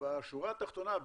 בשורה התחתונה,